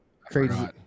crazy